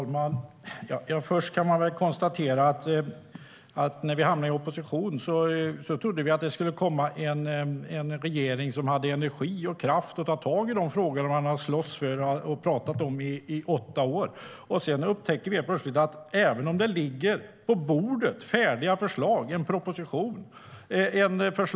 Herr talman! Först kan man väl konstatera att vi när vi hamnade i opposition trodde att det skulle komma en regering som hade energi och kraft att ta tag i de frågor man hade slagits för och pratat om i åtta år. Sedan upptäckte vi att man inte orkar lyfta klubban även om det ligger färdiga förslag i en proposition på bordet.